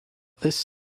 this